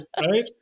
Right